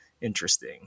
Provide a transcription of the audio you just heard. interesting